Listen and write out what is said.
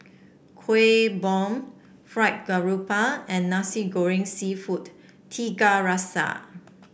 Kueh Bom Fried Grouper and Nasi Goreng seafood Tiga Rasa